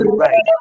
right